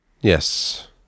Yes